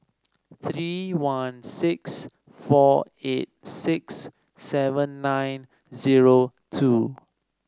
three one six four eight six seven nine zero two